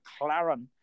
McLaren